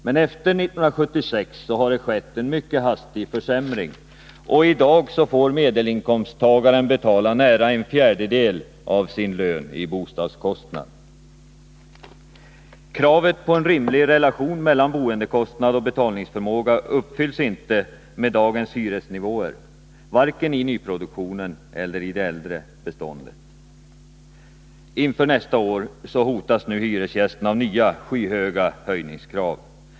Men efter år 1976 har det skett en mycket hastig försämring, och i dag får en medelinkomsttagare betala nära en fjärdedel av sin lön i bostadskostnad. Kravet på en rimlig relation mellan boendekostnad och betalningsförmåga uppfylls inte med dagens hyresnivåer, varken i nyproduktionen eller i det äldre bostadsbeståndet. Inför nästa år hotas nu hyresgästerna av nya, skyhöga höjningskrav.